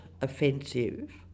offensive